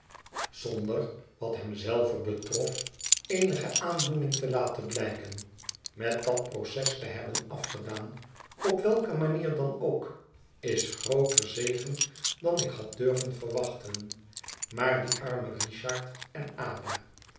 zonder wat hem zelven betrof eenige aandoening te laten blijken met dat proces te hebben afgedaan op welke manier dan ook is grooter zegen dan ik had durven verwachten maar die arme richard en ada